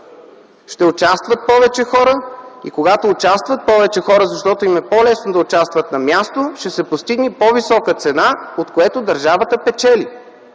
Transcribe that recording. Ще участват повече хора и когато участват повече хора, защото им е по-лесно да участват на място, ще се постигне по-висока цена, от което държавата печели.